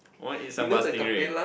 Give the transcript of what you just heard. I wanna eat sambal stingray